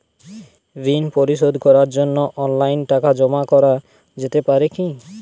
ঋন পরিশোধ করার জন্য অনলাইন টাকা জমা করা যেতে পারে কি?